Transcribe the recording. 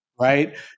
Right